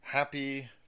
Happy